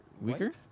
weaker